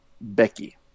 Becky